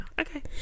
okay